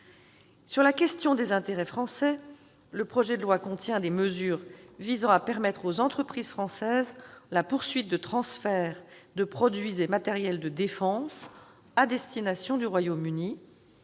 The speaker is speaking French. de la question des intérêts français, le projet de loi contient des mesures visant à permettre aux entreprises françaises la poursuite de transferts de produits et matériels de défense à destination du Royaume-Uni,